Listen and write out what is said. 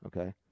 okay